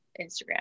instagram